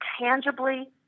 tangibly